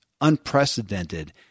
unprecedented